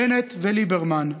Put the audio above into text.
בנט וליברמן,